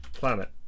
planet